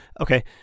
Okay